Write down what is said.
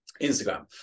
instagram